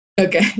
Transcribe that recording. Okay